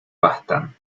bastan